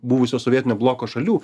buvusio sovietinio bloko šalių